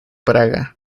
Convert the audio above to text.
praga